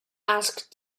asked